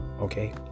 okay